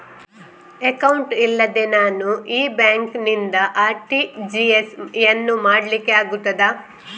Account ಇಲ್ಲದೆ ನಾನು ಈ ಬ್ಯಾಂಕ್ ನಿಂದ ಆರ್.ಟಿ.ಜಿ.ಎಸ್ ಯನ್ನು ಮಾಡ್ಲಿಕೆ ಆಗುತ್ತದ?